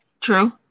True